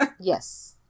yes